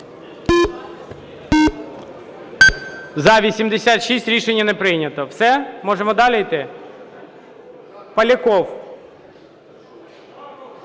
За-86 Рішення не прийнято. Все, можемо далі йти? Поляков.